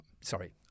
sorry